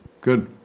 Good